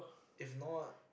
is not